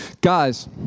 Guys